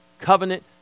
covenant